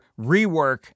rework